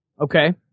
Okay